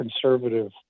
conservative